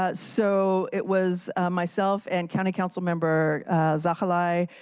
ah so, it was myself and county councilmember zahalai,